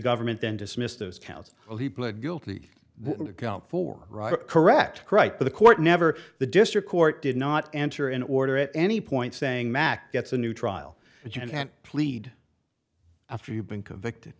government then dismissed those counts he pled guilty to go for correct right to the court never the district court did not enter in order at any point saying mack gets a new trial and plead after you've been convicted